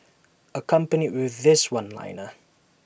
accompanied with this one liner